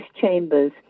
chambers